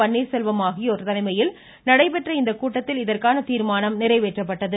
பன்னீர்செல்வம் ஆகியோர் தலைமையில் நடைபெற்ற இந்த கூட்டத்தில் இதற்கான தீர்மானம் நிறைவேற்றப்பட்டது